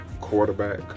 quarterback